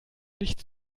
nicht